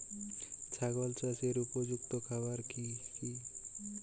ছাগল চাষের উপযুক্ত খাবার কি কি?